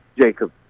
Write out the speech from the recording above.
Jacob